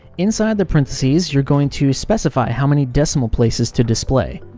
inside the parenthesis, you're going to specify how many decimals places to display.